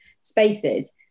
spaces